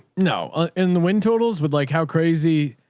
no. ah and the wind totals with like how crazy?